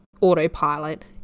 autopilot